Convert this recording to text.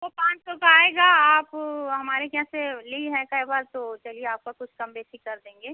वह पाँच सौ का आएगा आप हमारे यहाँ से ली हैं कई बार तो चलिए आपका कुछ कम बेसी कर देंगे